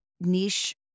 niche